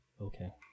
Okay